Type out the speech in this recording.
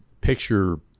picture